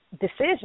decision